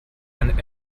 ein